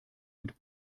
mit